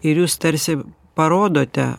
ir jūs tarsi parodote